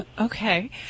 Okay